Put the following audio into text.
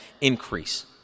increase